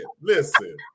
Listen